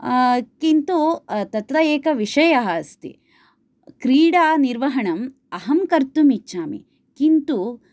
किन्तु तत्र एक विषयः अस्ति क्रीडानिर्वहणम् अहं कर्तुम् इच्छामि किन्तु